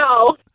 no